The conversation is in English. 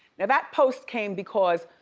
now that post came because